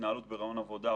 התנהלות בראיון עבודה,